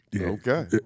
Okay